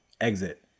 exit